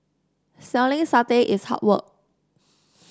selling satay is hard work